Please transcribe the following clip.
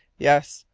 yes,